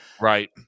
Right